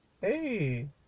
hey